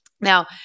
now